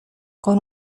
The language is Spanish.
con